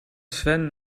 sven